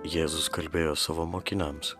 jėzus kalbėjo savo mokiniams